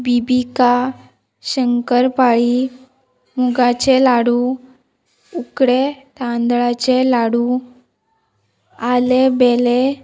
बिबिका shankarpali मुगाचे लाडू उकडे तांदळाचे लाडू आलें बेलें